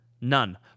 None